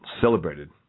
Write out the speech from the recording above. celebrated